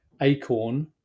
Acorn